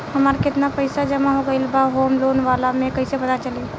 हमार केतना पईसा जमा हो गएल बा होम लोन वाला मे कइसे पता चली?